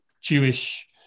Jewish